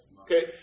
Okay